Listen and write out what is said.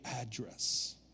address